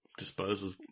disposals